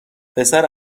پسر